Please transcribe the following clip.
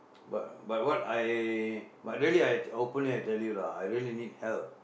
but but what I but really I openly I tell you lah I really need help